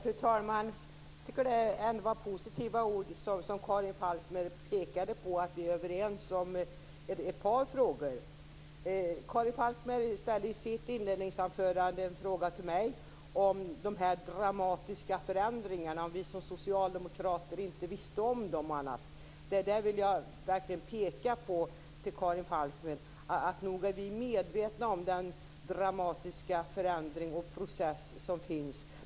Fru talman! Jag tycker att det är positivt att Karin Falkmer pekar på att vi är överens i ett par frågor. Karin Falkmer ställde i sitt inledningsanförande en fråga till mig om de dramatiska förändringarna, om vi som socialdemokrater inte visste om dem och annat. Jag vill verkligen understryka för Karin Falkmer att nog är vi medvetna om den dramatiska förändring och process som sker.